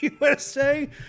USA